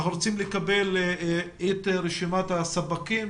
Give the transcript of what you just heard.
אנחנו רוצים לקבל את רשימת הספקים,